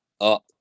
up